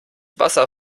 wasser